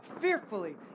fearfully